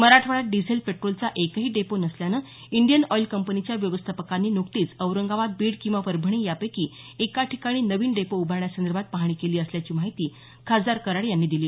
मराठवाड्यात डिझेल पेट्रोलचा एकही डेपो नसल्यानं इंडियन ऑईल कंपनीच्या व्यवस्थापकांनी नुकतीच औरंगाबाद बीड किंवा परभणी यापैकी एका ठिकाणी नवीन डेपो उभारण्यासंदर्भात पाहणी केली असल्याची माहिती खासदार कराड यांनी दिली